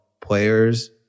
players